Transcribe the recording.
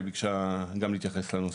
היא ביקשה גם להתייחס לנושא,